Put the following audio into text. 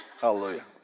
hallelujah